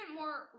more